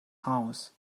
house